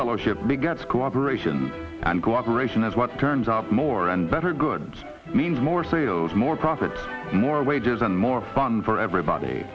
fellowship begets cooperation and cooperation is what turns up more and better goods means more sales more profit more wages and more fun for everybody